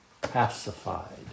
pacified